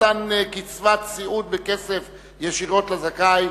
מתן קצבת סיעוד בכסף ישירות לזכאי),